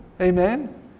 Amen